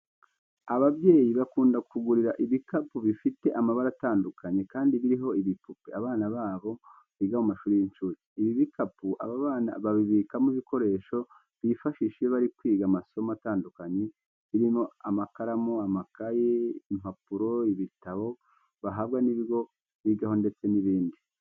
Ababyeyi bakunda kugurira ibikapu bifite amabara atandukanye, kandi biriho n'ibipupe abana babo biga mu mashuri y'inshuke. Ibi bikapu aba bana babibikamo ibikoresho bifashisha iyo bari kwiga amasomo atandukanye birimo amakaramu, amakayi, impapuro, ibitabo bahabwa n'ibigo bigaho ndetse n'ibindi.